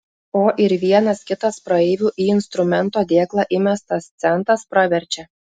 o ir vienas kitas praeivių į instrumento dėklą įmestas centas praverčia